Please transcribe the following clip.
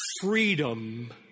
freedom